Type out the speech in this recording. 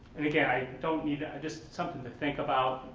and again, i don't even, just something to think about.